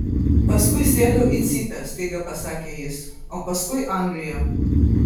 paskui sėdau į cypę staiga pasakė jis o paskui anglija